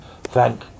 Thank